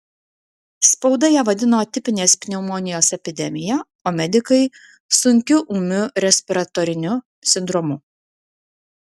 spauda ją vadino atipinės pneumonijos epidemija o medikai sunkiu ūmiu respiratoriniu sindromu